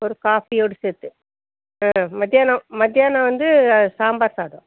ஒரு காஃபி ஒரு செட்டு ஆ மத்தியானம் மத்தியானம் வந்து சாம்பார் சாதம்